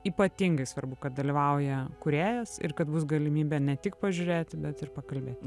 ypatingai svarbu kad dalyvauja kūrėjas ir kad bus galimybė ne tik pažiūrėti bet ir pakalbėti